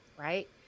right